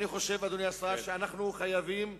אני חושב, אדוני השר, שאנו חייבים,